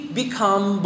become